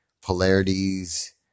polarities